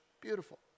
beautiful